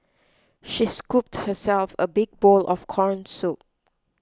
she scooped herself a big bowl of Corn Soup